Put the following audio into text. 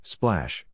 Splash